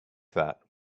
that